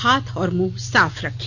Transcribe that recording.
हाथ और मुंह साफ रखें